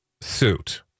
suit